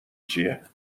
چیه